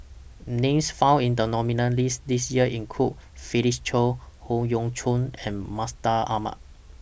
Names found in The nominees' list This Year include Felix Cheong Howe Yoon Chong and Mustaq Ahmad